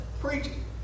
preaching